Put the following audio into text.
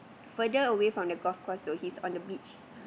further away from the golf course though he's on the beach